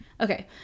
Okay